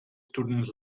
student